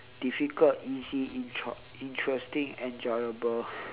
difficult easy intra~ interesting enjoyable